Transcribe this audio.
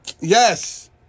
Yes